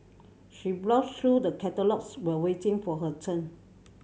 she browsed through the catalogues while waiting for her turn